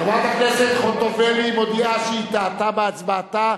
חברת הכנסת חוטובלי מודיעה שהיא טעתה בהצבעתה.